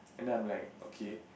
and then I'm like okay